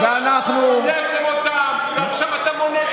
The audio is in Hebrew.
ועכשיו אתם,